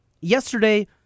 yesterday